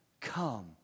Come